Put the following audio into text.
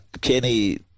Kenny